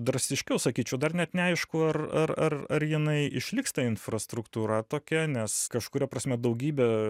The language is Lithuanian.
drastiškiau sakyčiau dar net neaišku ar ar ar ar jinai išliks ta infrastruktūra tokia nes kažkuria prasme daugybę